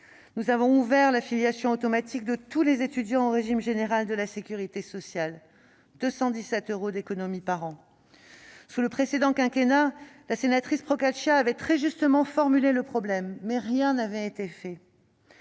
Nous avons ouvert l'affiliation automatique de tous les étudiants au régime général de la sécurité sociale, ce qui représente pour eux une économie de 217 euros par an. Sous le précédent quinquennat, la sénatrice Procaccia avait très justement formulé le problème, mais rien n'avait été fait.